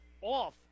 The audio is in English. off